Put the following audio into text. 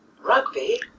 Rugby